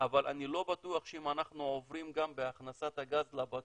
אבל אני לא בטוח שאם אנחנו עוברים גם בהכנסת הגז לבתים,